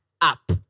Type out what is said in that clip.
up